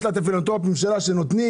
יש לה את הפילנטרופים שלה שנותנים,